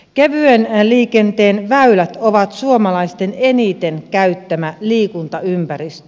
kevyen liikenteen väylät ovat suomalaisten eniten käyttämä liikuntaympäristö